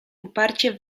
uparcie